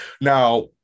Now